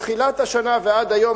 מתחילת השנה ועד היום,